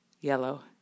yellow